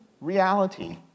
reality